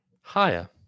Higher